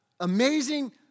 Amazing